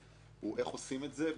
הוא איך עושים את זה בצורה